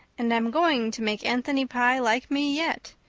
and i'm going to make anthony pye like me yet.